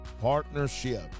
partnership